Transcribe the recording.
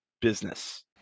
business